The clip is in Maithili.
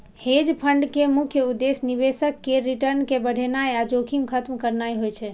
हेज फंड के मुख्य उद्देश्य निवेशक केर रिटर्न कें बढ़ेनाइ आ जोखिम खत्म करनाइ होइ छै